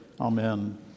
amen